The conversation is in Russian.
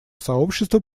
сообщества